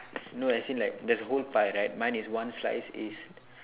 no as in like there's a whole pie right my is one slice is